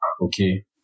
Okay